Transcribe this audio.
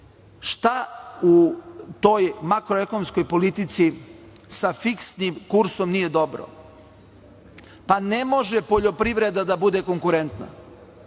u toj makroekonomskoj politici sa fiksnim kursom nije dobro? Pa, ne može poljoprivreda da bude konkurentna.